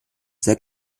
sehr